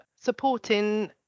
supporting